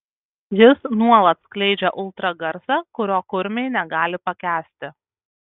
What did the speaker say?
jis nuolat skleidžia ultragarsą kurio kurmiai negali pakęsti